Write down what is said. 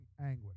anguish